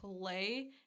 play